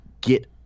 get